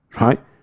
Right